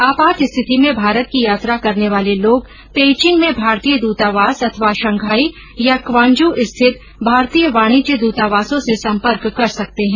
आपात स्थिति में भारत की यात्रा करने वाले लोग पेइचिंग में भारतीय दूतावास अथवा शंघाई या क्वांग्जू स्थित भारतीय वाणिज्य द्रतावासों से संपर्क कर सकते हैं